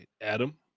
Adam